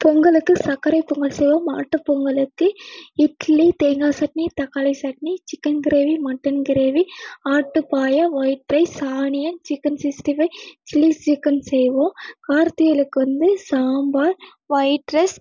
பொங்கலுக்கு சர்க்கரை பொங்கல் செய்வோம் மாட்டுப் பொங்கலுக்கு இட்லி தேங்காய் சட்னி தக்காளி chutney chicken gravy mutton gravy ஆட்டுப்பாயா white rice onion chicken sixty five chilli chicken செய்வோம் கார்த்தியலுக்கு வந்து சாம்பார் ஒயிட் ரைஸ்